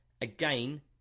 again